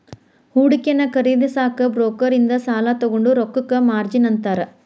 ಹೂಡಿಕೆಯನ್ನ ಖರೇದಿಸಕ ಬ್ರೋಕರ್ ಇಂದ ಸಾಲಾ ತೊಗೊಂಡ್ ರೊಕ್ಕಕ್ಕ ಮಾರ್ಜಿನ್ ಅಂತಾರ